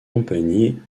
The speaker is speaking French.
compagnie